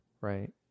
right